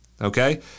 okay